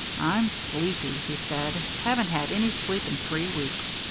i'm sleepy, he said haven't had any sleep in three weeks.